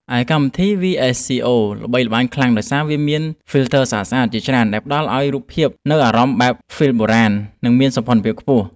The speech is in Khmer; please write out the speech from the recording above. ឯកម្មវិធី វី-អេស-ស៊ី-អូ ល្បីល្បាញខ្លាំងដោយសារវាមាន ហ្វីលធ័រស្អាតៗជាច្រើនដែលផ្តល់ឱ្យរូបភាពនូវអារម្មណ៍បែបហ្វីលបុរាណ និងមានសោភ័ណភាពខ្ពស់។